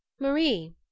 Marie